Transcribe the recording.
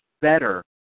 better